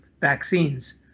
vaccines